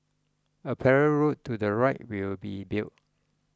a parallel road to the right will be built